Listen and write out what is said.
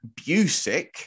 Busick